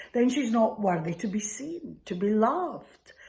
then she's not worthy to be seen. to be loved.